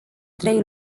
trei